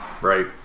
Right